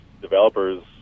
developers